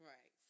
Right